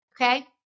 okay